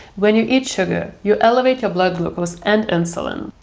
when you eat sugar, you elevate your blood glucose and insulin.